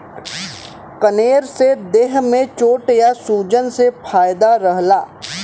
कनेर से देह में चोट या सूजन से फायदा रहला